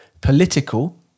political